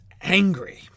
angry